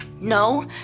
No